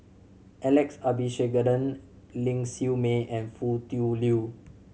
Alex Abisheganaden Ling Siew May and Foo Tui Liew